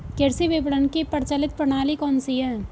कृषि विपणन की प्रचलित प्रणाली कौन सी है?